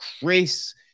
Chris